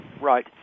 Right